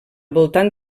voltant